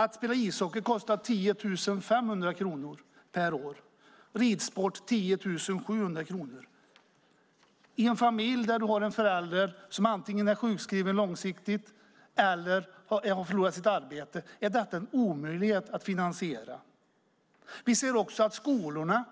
Att spela ishockey kostar 10 500 kronor per år, och ridsport kostar 10 700 kronor. I en familj där en förälder antingen är sjukskriven långsiktigt eller har förlorat sitt arbete är detta en omöjlighet att finansiera. Vi ser också att skolorna